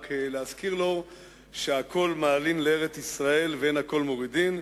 רק להזכיר לו שהכול מעלין לארץ-ישראל ואין הכול מורידין.